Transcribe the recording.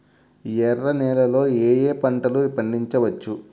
ఎర్ర నేలలలో ఏయే పంటలు పండించవచ్చు?